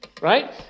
right